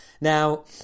Now